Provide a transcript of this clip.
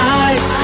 eyes